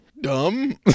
dumb